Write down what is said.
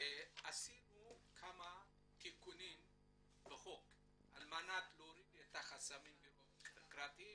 עשינו כמה תיקונים בחוק על מנת להוריד את החסמים הבירוקרטיים